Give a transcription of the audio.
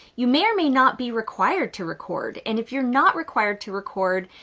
you may or may not be required to record. and if you're not required to record,